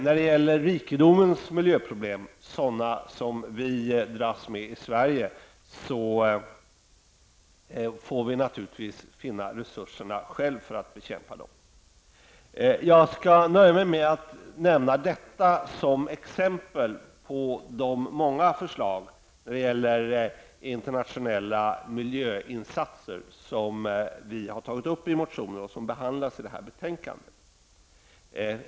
När det gäller rikedomens miljöproblem, sådana som vi dras med i Sverige, får vi naturligtvis själva finna resurserna för att bekämpa dem. Jag skall nöja mig med att ha nämnt detta som exempel på de många förslag till internationella miljöinsatser som vi har tagit upp i motioner och som behandlas i detta betänkande.